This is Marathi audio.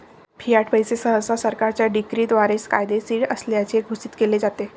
फियाट पैसे सहसा सरकारच्या डिक्रीद्वारे कायदेशीर असल्याचे घोषित केले जाते